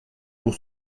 pour